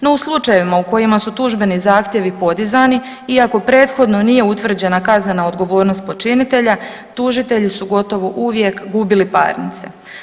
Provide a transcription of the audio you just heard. No, u slučajevima u kojima su tužbeni zahtjevi podizani i ako prethodno nije utvrđena kaznena odgovornost počinitelja tužitelji su gotovo uvijek gubili parnice.